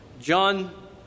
John